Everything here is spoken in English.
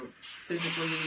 physically